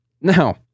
Now